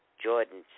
Jordan